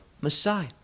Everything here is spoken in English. Messiah